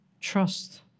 Trust